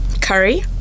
Curry